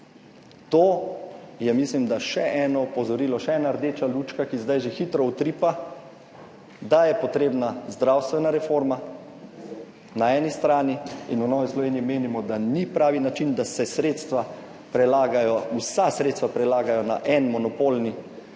To je, mislim, da še eno opozorilo, še ena rdeča lučka, ki zdaj že hitro utripa, da je potrebna zdravstvena reforma na eni strani, in v Novi Sloveniji menimo, da ni pravi način, da se sredstva prelagajo, vsa sredstva prelagajo na en monopolni